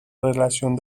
relación